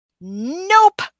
nope